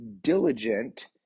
diligent